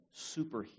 superhero